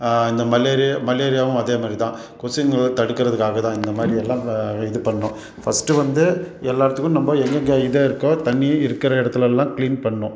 இந்த மலேரிய மலேரியாவும் அதேமாதிரி தான் கொசுங்களை தடுக்கிறதுக்காக தான் இந்த மாதிரியெல்லாம் இது பண்ணணும் ஃபஸ்ட்டு வந்து எல்லா இடத்துக்கும் நம்ம எங்கெங்கே இது இருக்கோ தண்ணி இருக்கிற இடத்துலலாம் க்ளீன் பண்ணணும்